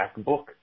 MacBook